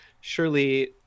Surely